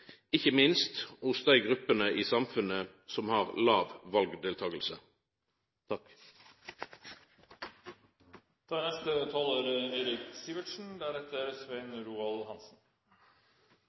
ikkje minst hos dei gruppene i samfunnet som har